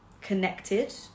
connected